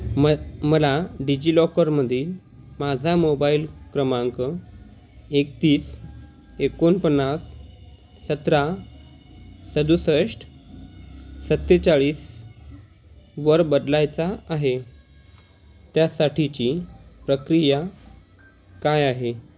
म मला डिजिलॉकरमधील माझा मोबाईल क्रमांक एकतीस एकोणपन्नास सतरा सदुसष्ट सत्तेचाळीसवर बदलायचा आहे त्यासाठीची प्रक्रिया काय आहे